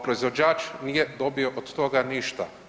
Proizvođač nije dobio od toga ništa.